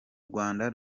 rwanda